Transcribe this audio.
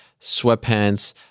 sweatpants